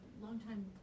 longtime